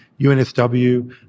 UNSW